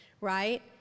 right